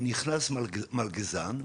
שנכנס מלגזן,